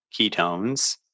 ketones